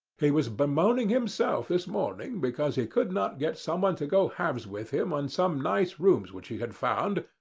he was bemoaning himself this morning because he could not get someone to go halves with him in some nice rooms which he had found,